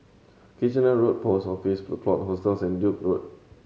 Kitchener Road Post Office The Plot Hostels and Duke's Road